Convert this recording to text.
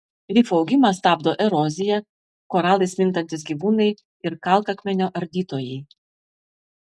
rifų augimą stabdo erozija koralais mintantys gyvūnai ir kalkakmenio ardytojai